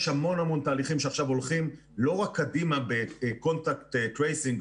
יש המון המון תהליכים שעכשיו הולכים לא רק קדימה ב-contact tracing,